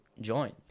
join